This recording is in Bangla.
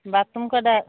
বাথরুম কটা